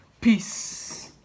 Peace